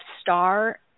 star